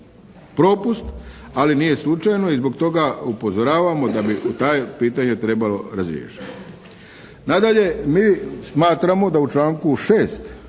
propust, ali nije slučajno i zbog toga upozoravamo da bi to pitanje trebalo razriješiti. Nadalje mi smatramo da u članku 6.